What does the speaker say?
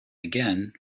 again